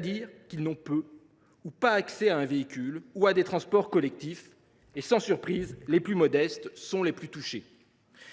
dit, ils n’ont peu ou pas accès à un véhicule ou à des transports collectifs. Sans surprise, les personnes les plus modestes sont les plus touchées.